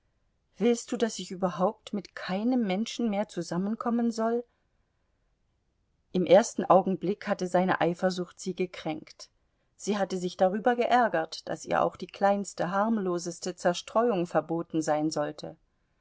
willst du daß ich überhaupt mit keinem menschen mehr zusammenkommen soll im ersten augenblick hatte seine eifersucht sie gekränkt sie hatte sich darüber geärgert daß ihr auch die kleinste harmloseste zerstreuung verboten sein sollte